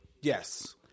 Yes